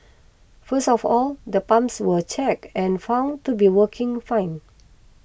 first of all the pumps were checked and found to be working fine